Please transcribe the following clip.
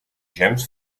james